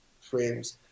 frames